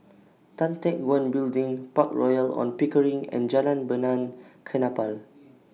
Tan Teck Guan Building Park Royal on Pickering and Jalan Benaan Kapal